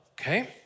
okay